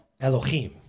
Elohim